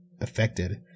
affected